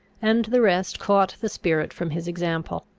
and the rest caught the spirit from his example.